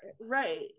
Right